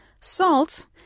Salt